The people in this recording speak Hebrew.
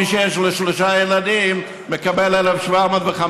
מי שיש לו שלושה ילדים מקבל 1,750,